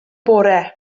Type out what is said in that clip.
bore